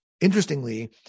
Interestingly